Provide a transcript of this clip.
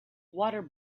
water